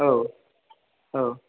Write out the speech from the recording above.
औ औ